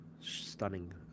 Stunning